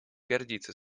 гордится